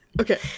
Okay